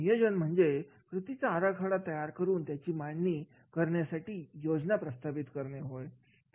नियोजन म्हणजेकृतींचा आराखडा तयार करून त्यांची मांडणी करण्यासाठी योजना प्रस्थापित करणे होय